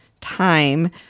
time